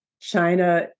China